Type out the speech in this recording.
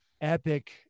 epic